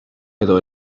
edo